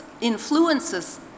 influences